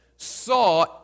Saw